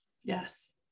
Yes